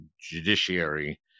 judiciary